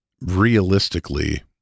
Realistically